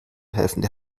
helfende